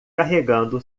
carregando